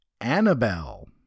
Annabelle